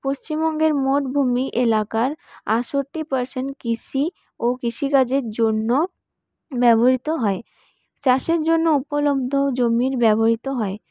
পশ্চিমবঙ্গের মোট ভূমি এলাকার আটষট্টি পারসেন্ট কৃষি ও কৃষিকাজের জন্য ব্যবহৃত হয় চাষের জন্য উপলব্ধ জমি ব্যবহৃত হয়